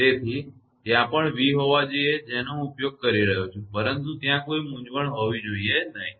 તેથી ત્યાં પણ v હોવા જોઈએ જેનો હું ઉપયોગ કરી રહ્યો છું પરંતુ ત્યાં કોઈ મૂંઝવણ હોવી જોઈએ નહીં